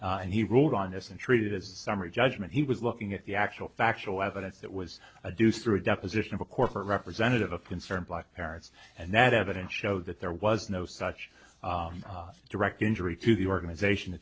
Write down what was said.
and he ruled on this and treated as a summary judgment he was looking at the actual factual evidence that was a do through deposition of a corporate representative of concerned black parents and that evidence showed that there was no such direct injury to the organization